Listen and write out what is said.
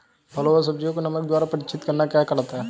फलों व सब्जियों को नमक के द्वारा परीक्षित करना क्या कहलाता है?